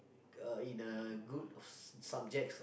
uh in a good subjects